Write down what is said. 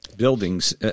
buildings